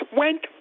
went